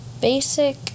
basic